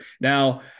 Now